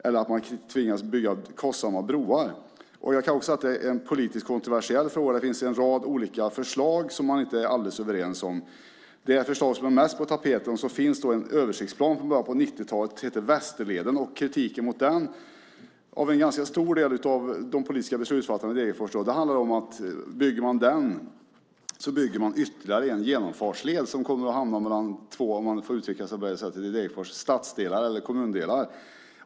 Annars kan man tvingas bygga kostsamma broar. Det är också en politiskt kontroversiell fråga. Det finns en rad olika förslag som man inte är alldeles överens om. Det förslag som mest är på tapeten gäller en översiktsplan, Västerleden, från början av 90-talet. Kritiken mot den, från en ganska stor del av de politiska beslutsfattarna i Degerfors, gäller att om man bygger enligt den planen får man ytterligare en genomfartsled som hamnar mellan två stadsdelar - om man får uttrycka sig så när det gäller Degerfors - alltså kommundelar.